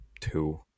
two